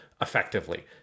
effectively